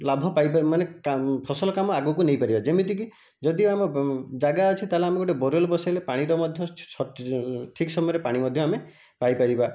ଲାଭ ପାଇପାରିବୁ ମାନେ ଫସଲ କାମ ଆଗକୁ ନେଇପାରିବା ଯେମିତିକି ଯଦି ଆମ ଜାଗା ଅଛି ତାହେଲେ ଆମେ ଗୋଟେ ବୋରୱେଲ ବସାଇଲେ ପାଣିର ମଧ୍ୟ ଠିକ ସମୟରେ ପାଣି ମଧ୍ୟ ଆମେ ପାଇପାରିବା